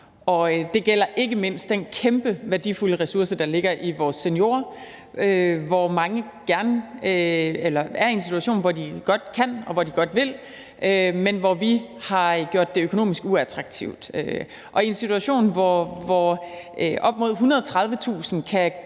Det gælder ikke mindst den kæmpestore værdifulde ressource, der ligger i vores seniorer, hvor mange er i en situation, hvor de godt kan og de godt vil, men hvor vi har gjort det økonomisk uattraktivt. Og i en situation, hvor op imod 130.000 kan